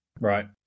Right